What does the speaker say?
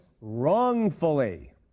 wrongfully